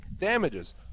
damages